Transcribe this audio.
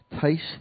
Taste